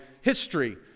history